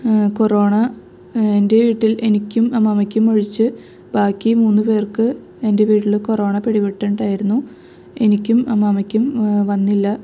corona എൻ്റെ വീട്ടിൽ എനിക്കും അമ്മാമ്മയ്ക്കും ഒഴിച്ച് ബാക്കി മൂന്ന് പേർക്ക് എൻ്റെ വീട്ടിൽ കൊറോണ പിടിപെട്ടിട്ടുണ്ടായിരുന്നു എനിക്കും അമ്മാമ്മയ്ക്കും വന്നില്ല